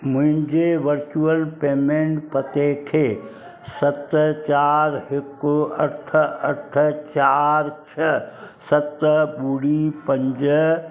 मुंहिंजे virtual payment पते खे सत चार हिकु अठ अठ चार छ्ह सत ॿुड़ी पंज